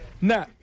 Nah